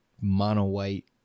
mono-white